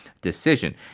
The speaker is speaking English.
decision